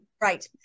Right